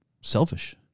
selfish